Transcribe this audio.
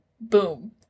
Boom